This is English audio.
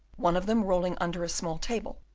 one of them rolling under a small table,